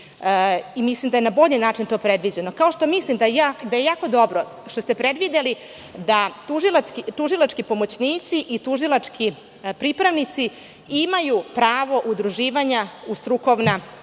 Mislim da je na bolji način to predviđeno, kao što mislim da je jako dobro što ste predvideli da tužilački pomoćnici i tužilački pripravnici imaju pravo udruživanja u strukovna